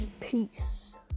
peace